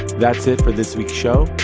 that's it for this week's show.